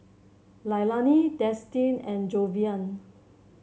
Leilani Destin and Jayvion